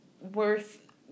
worth